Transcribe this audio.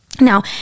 Now